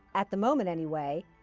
at the moment anyway,